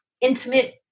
intimate